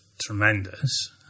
tremendous